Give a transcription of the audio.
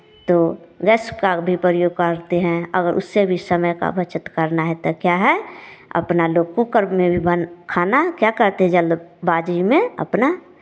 तो गैस्स का भी प्रयोग करते हैं अगर उससे भी समय का बचत करना है तो क्या है अपना लोग कूकर में भी बन खाना क्या करते हैं जल्दबाज़ी में अपना